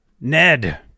Ned